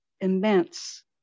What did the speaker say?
immense